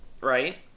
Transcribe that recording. right